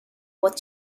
what